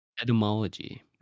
Etymology